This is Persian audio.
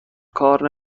کار